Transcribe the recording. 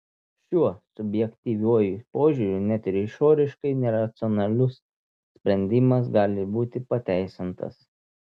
šiuo subjektyviuoju požiūriu net ir išoriškai neracionalus sprendimas gali būti pateisintas